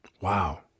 Wow